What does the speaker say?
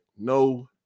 No